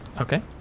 Okay